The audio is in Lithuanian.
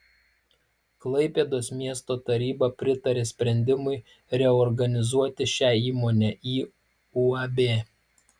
klaipėdos miesto taryba pritarė sprendimui reorganizuoti šią įmonę į uab